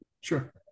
Sure